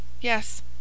Yes